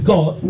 God